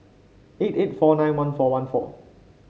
eight eight four nine one four one four